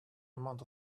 amount